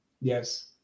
Yes